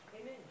Amen